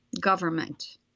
government